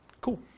Cool